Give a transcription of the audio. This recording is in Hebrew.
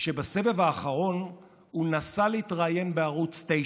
שבסבב האחרון הוא נסע להתראיין בערוץ 9